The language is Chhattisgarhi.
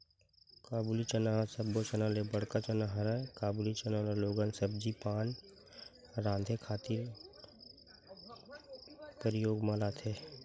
काबुली चना ह सब्बो चना ले बड़का चना हरय, काबुली चना ल लोगन सब्जी पान राँधे खातिर परियोग म लाथे